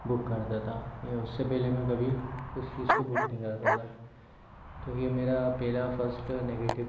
book करता था मैं उससे पहले मैं कभी उस चीज़ को बुक नहीं करता था तो ये मेरा पहला फर्स्ट नेगेटिव